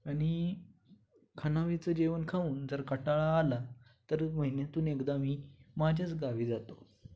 आणि खानावळीचं जेवण खाऊन जर कंटाळा आला तर महिन्यातून एकदा मी माझ्याच गावी जातो